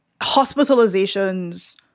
hospitalizations